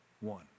one